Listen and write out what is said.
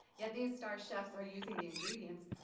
yet these star chefs are using the ingredients,